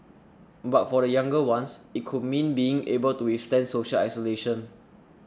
but for the younger ones it could mean being able to withstand social isolation